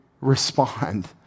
respond